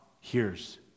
hears